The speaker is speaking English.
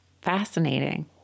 Fascinating